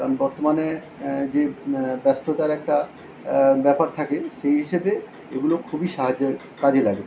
কারণ বর্তমানে যে ব্যস্ততার একটা ব্যাপার থাকে সেই হিসেবে এগুলো খুবই সাহায্যের কাজে লাগে